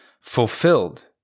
fulfilled